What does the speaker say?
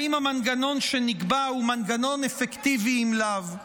אם המנגנון שנקבע הוא מנגנון אפקטיבי אם לאו.